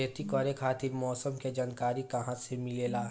खेती करे खातिर मौसम के जानकारी कहाँसे मिलेला?